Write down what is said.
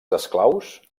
esclaus